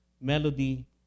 melody